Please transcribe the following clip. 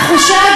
מה עם החוק?